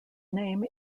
name